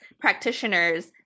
practitioners